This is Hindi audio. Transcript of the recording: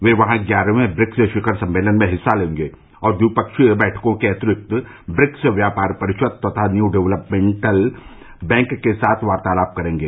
वे वहां ग्यारहवें ब्रिक्स शिखर सम्मेलन में हिस्सा लेंगे और द्विपक्षीय बैठकों के अंतिरिक्त ब्रिक्स व्यापार परिषद तथा न्यू डेवेलपमेन्ट बैंक के साथ वार्तालाप करेंगे